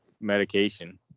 medication